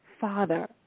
father